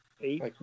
eight